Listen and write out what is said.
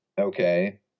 okay